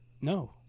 No